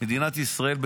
מדינת ישראל,